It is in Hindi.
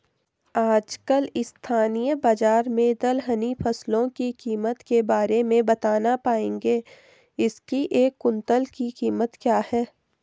आजकल स्थानीय बाज़ार में दलहनी फसलों की कीमत के बारे में बताना पाएंगे इसकी एक कुन्तल की कीमत क्या है?